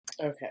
Okay